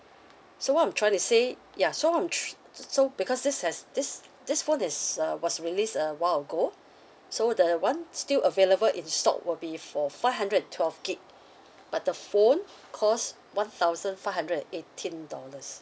so what I'm trying to say ya so I'm tr~ s~ so because this has this this phone is uh was released a while ago so the the one still available in stock will be for five hundred and twelve gig but the phone costs one thousand five hundred and eighteen dollars